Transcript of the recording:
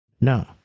No